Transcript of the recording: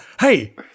hey